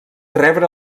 rebre